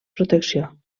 protecció